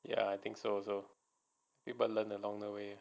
ya I think so also people learn along the way